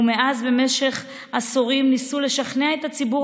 ומאז במשך עשורים ניסו לשכנע את הציבור